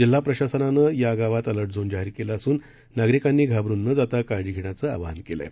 जिल्हा प्रशासनानं या गावात एलर्ट झोन जाहीर केला असून नागरिकांनी घाबरून न जाता काळजी घेण्याचं आवाहन केलं आहे